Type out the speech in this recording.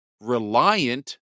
reliant